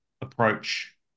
approach